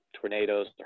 tornadoes